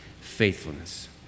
faithfulness